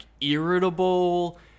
irritable